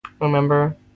Remember